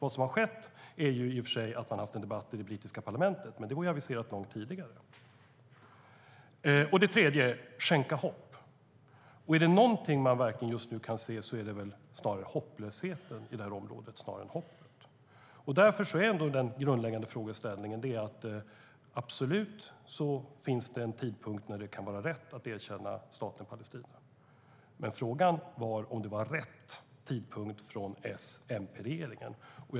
Man har i och för sig haft en debatt i det brittiska parlamentet, men den var aviserad långt tidigare. Det finns absolut en tidpunkt då det kan vara rätt att erkänna staten Palestina, men frågan är om det var rätt tidpunkt från S och MP-regeringen.